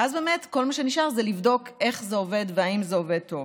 ואז כל מה שנשאר זה לבדוק איך זה עובד ואם זה עובד טוב.